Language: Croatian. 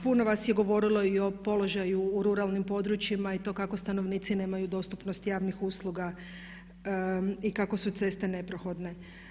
Puno vas je govorilo i o položaju u ruralnim područjima i to kako stanovnici nemaju dostupnost javnih usluga i kako su ceste neprohodne.